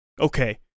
okay